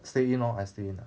stay in lor I stay in ah